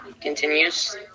continues